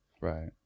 Right